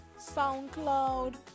soundcloud